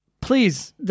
Please